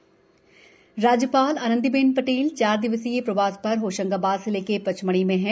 राज्यपाल दौरा राज्यपाल आनंदीबेन पटेल चार दिवसीय प्रवास पर होशंगाबाद जिले के पचमढ़ी में हैं